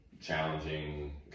challenging